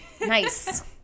Nice